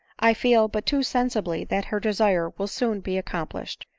i feel but too sensibly that her desire will soon be accom plished.